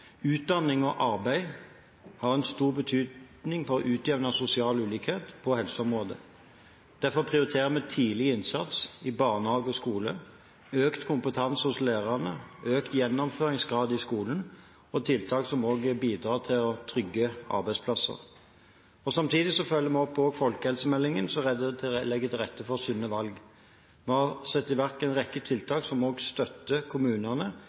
Utdanning og arbeid har stor betydning for å utjevne sosial ulikhet på helseområdet. Derfor prioriterer vi tidlig innsats i barnehage og skole, økt kompetanse hos lærerne, økt gjennomføringsgrad i skolen og tiltak som også bidrar til å trygge arbeidsplasser. Samtidig følger vi opp folkehelsemeldingen som legger til rette for sunne valg. Vi har satt i verk en rekke tiltak som støtter kommunene